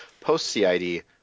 Post-CID